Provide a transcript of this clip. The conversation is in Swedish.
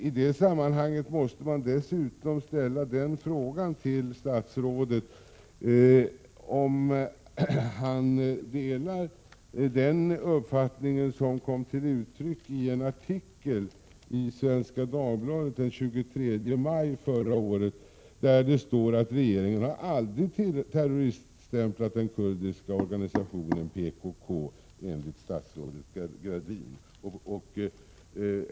I detta sammanhang måste jag dessutom ställa frågan till statsrådet om han delar den uppfattning som kom till uttryck i en artikel i Svenska Dagbladet den 23 maj förra året. Där står det att regeringen aldrig har terroriststämplat den kurdiska organisationen PKK, enligt statsrådet Gradin.